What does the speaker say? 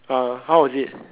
uh how was it